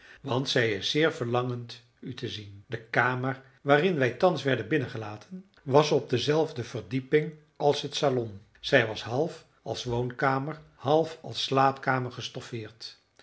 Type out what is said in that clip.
want zij is zeer verlangend u te zien de kamer waarin wij thans werden binnengelaten was op dezelfde verdieping als het salon zij was half als woonkamer half als slaapkamer gestoffeerd